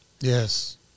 Yes